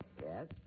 Yes